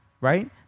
right